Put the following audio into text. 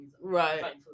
Right